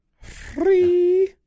Free